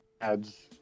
adds